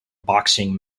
boxing